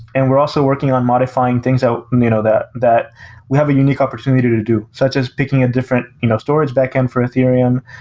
and we're also working on modifying things you know that that we have a unique opportunity to do, such as picking a different you know storage backend for ethereum.